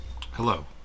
Hello